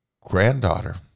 granddaughter